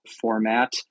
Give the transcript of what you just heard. format